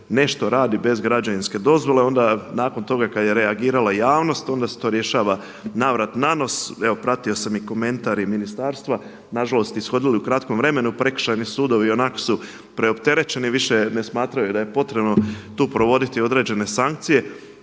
nešto radi bez građevinske dozvole. Onda nakon toga kad je reagirala javnost onda se to rješava na vrat, na nos. Evo pratio sam komentar i ministarstva, na žalost ishodili u kratkom vremenu. Prekršajni sudovi i onako su preopterećeni. Više ne smatraju da je potrebno tu provoditi određene sankcije.